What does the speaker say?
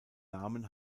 namen